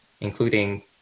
including